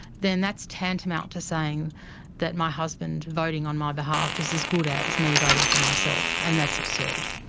then that's tantamount to saying that my husband voting on my behalf is as good as me voting for myself. and that's absurd.